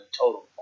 total